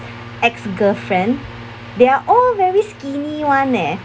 ex girl friend they are all very skinny one leh